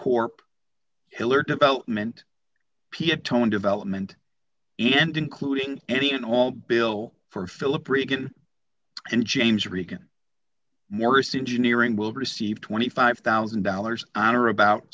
corp hiller development peotone development and including any and all bill for philip regan and james regan morris engineering will receive twenty five thousand dollars on or about